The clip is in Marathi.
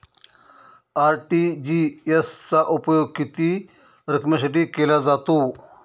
आर.टी.जी.एस चा उपयोग किती रकमेसाठी केला जातो?